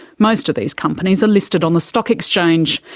most of these companies are listed on the stock exchange.